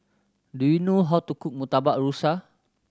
do you know how to cook Murtabak Rusa